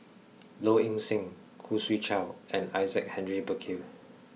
Low Ing Sing Khoo Swee Chiow and Isaac Henry Burkill